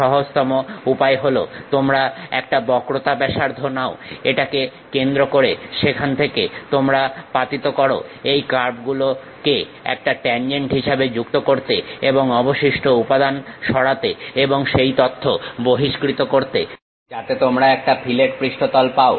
সহজতম উপায় হল তোমরা একটা বক্রতা ব্যাসার্ধ নাও একটা কেন্দ্র সেখান থেকে তোমরা পাতিত করো এই কার্ভ গুলোকে একটা ট্যানজেন্ট হিসেবে যুক্ত করতে এবং অবশিষ্ট উপাদান সরাতে এবং সেই তথ্য বহিস্কৃত করতে যাতে তোমরা একটা ফিলেট পৃষ্ঠতল পাও